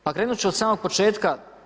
Pa krenuti ću od samog početka.